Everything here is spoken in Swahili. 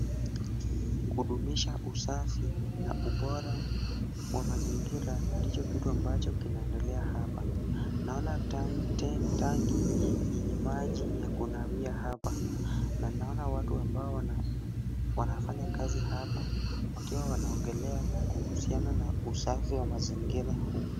Kudumisha usafi na ubora wa mazingira ndicho kitu ambacho kinaendelea hapa. Naona tanki yenye maji ya kunawia hapa na naona watu ambao wanafanya kazi hapa wakiwa wanaongelea kuhusiana na usafi wa mazingira huu.